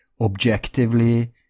objectively